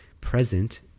present